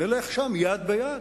נלך שם יד ביד